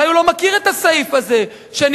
אולי הוא לא מכיר את הסעיף הזה שנמצא